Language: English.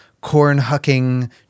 corn-hucking